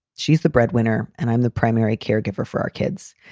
she's the breadwinner and i'm the primary caregiver for our kids.